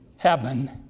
Heaven